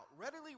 Readily